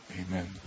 amen